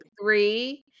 three